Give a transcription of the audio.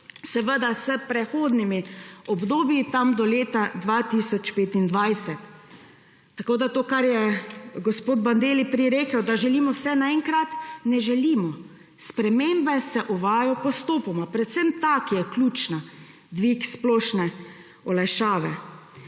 Seveda s prehodnimi obdobji, tam do leta 2025. Tako da to, kar je gospod Bandelli prej rekel, da želimo vse naenkrat – ne želimo. Spremembe se uvajajo postopoma, predvsem ta, ki je ključna, dvig splošne olajšave.